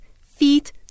feet